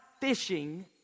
fishing